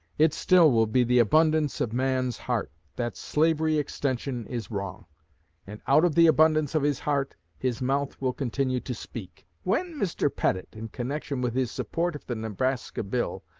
it still will be the abundance of man's heart, that slavery extension is wrong and out of the abundance of his heart, his mouth will continue to speak. when mr. pettit, in connection with his support of the nebraska bill,